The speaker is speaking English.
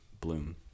bloom